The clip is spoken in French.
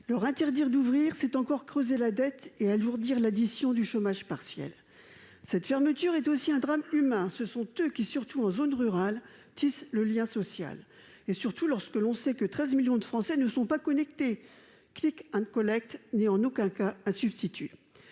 Leur interdire d'ouvrir, c'est encore creuser la dette et alourdir l'addition du chômage partiel. Cette fermeture est aussi un drame humain. Ce sont eux qui, surtout en zone rurale, tissent le lien social. Lorsque l'on sait que 13 millions de Français ne sont pas connectés, le dispositif de n'apparaît en rien comme un substitut.